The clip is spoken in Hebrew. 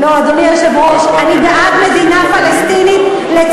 את בעד מדינה פלסטינית בגליל?